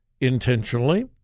intentionally